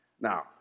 Now